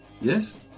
Yes